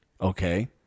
Okay